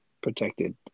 protected